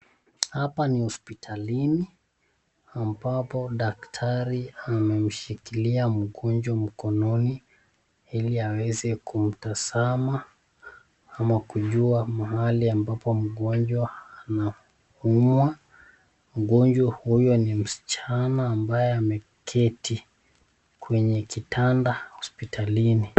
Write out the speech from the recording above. Hapa ni hospitalini ambapo daktari amemshikilia mgonjwa mkononi ili aweze kumtazama ama kujua mahali ambapo mgonjwa anaumwa. Mgonjwa huyo ni msichana ambaye ameketi kwenye kitanda hospitalini.